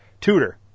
Tutor